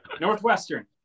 Northwestern